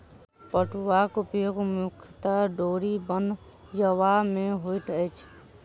पटुआक उपयोग मुख्यतः डोरी बनयबा मे होइत अछि